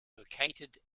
located